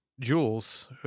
jules